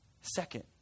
Second